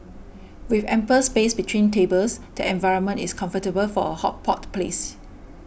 with ample space between tables the environment is comfortable for a hot pot place